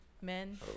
men